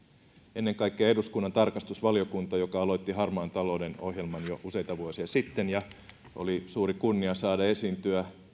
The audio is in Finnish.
ennen kaikkea eduskunnan tarkastusvaliokunta joka aloitti harmaan talouden ohjelman jo useita vuosia sitten oli suuri kunnia saada esiintyä